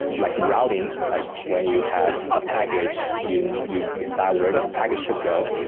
like routing, like when you have a package, you you decide where the package should go.